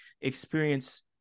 experience